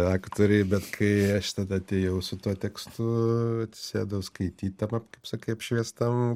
aktoriai bet kai aš tada atėjau su tuo tekstu atsisėdau skaityt tam kaip sakai apšviestam